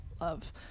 love